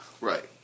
Right